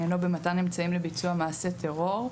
עניינו במתן אמצעים לביצוע מעשה טרור.